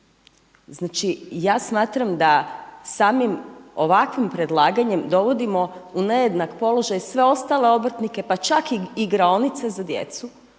Znači ja smatram da samim ovakvim predlaganjem dovodimo u nejednak položaj sve ostale obrtnike pa čak i igraonice za djecu